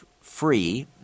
free